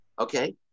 Okay